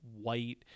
White